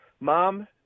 Mom